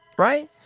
right.